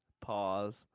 pause